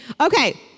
Okay